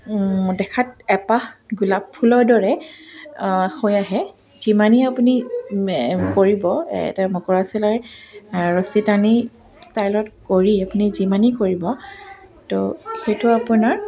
দেখাত এপাহ গোলাপ ফুলৰ দৰে হৈ আহে যিমানেই আপুনি কৰিব এটা মকৰা চিলাই ৰছী টানি ষ্টাইলত কৰি আপুনি যিমানেই কৰিব তো সেইটো আপোনাৰ